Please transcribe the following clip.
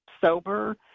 sober